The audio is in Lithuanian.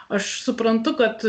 aš suprantu kad